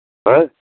हाँ